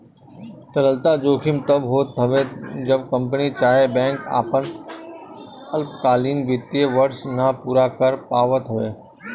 तरलता जोखिम तब होत हवे जब कंपनी चाहे बैंक आपन अल्पकालीन वित्तीय वर्ष ना पूरा कर पावत हवे